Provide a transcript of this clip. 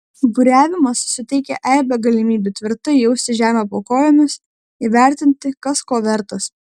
buriavimas suteikia eibę galimybių tvirtai jausti žemę po kojomis įvertinti kas ko vertas